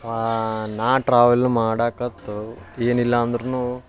ನಾ ಟ್ರಾವೆಲ್ ಮಾಡಕ್ಕೆ ತೊ ಏನಿಲ್ಲ ಅಂದ್ರೂ